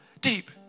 deep